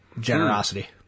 generosity